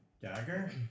dagger